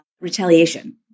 retaliation